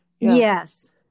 Yes